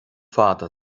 fada